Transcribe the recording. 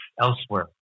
elsewhere